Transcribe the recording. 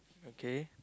okay